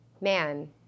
man